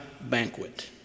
banquet